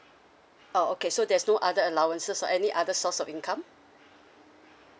oh okay so there's no other allowances or any other source of income